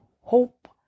hope